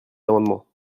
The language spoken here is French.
amendement